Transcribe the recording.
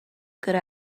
good